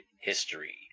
History